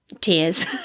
tears